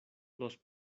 los